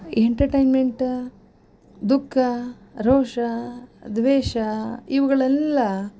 entertainment ದುಃಖ ರೋಷ ದ್ವೇಷ ಇವುಗಳೆಲ್ಲ